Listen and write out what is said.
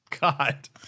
god